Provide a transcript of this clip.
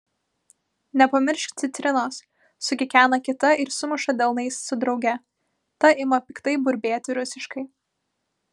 nepamiršk citrinos sukikena kita ir sumuša delnais su drauge ta ima piktai burbėti rusiškai